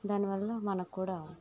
దానివల్ల మనకికూడా